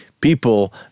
People